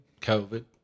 COVID